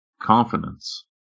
confidence